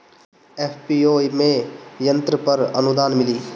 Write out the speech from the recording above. FPO में यंत्र पर आनुदान मिँली?